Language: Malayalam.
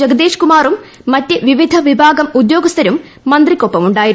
ജഗദേശ് കുമാറും വിവിധ വിഭാഗം ഉദ്യോഗസ്ഥരും മറ്റ് മന്ത്രിക്കൊപ്പമുണ്ടായിരുന്നു